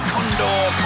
Condor